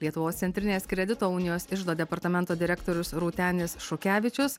lietuvos centrinės kredito unijos iždo departamento direktorius rūtenis šukevičius